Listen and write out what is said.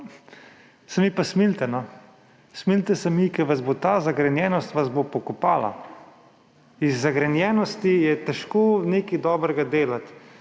Se mi pa smilite. Smilite se mi, ker vas bo ta zagrenjenost pokopala. Iz zagrenjenosti je težko nekaj dobrega delati.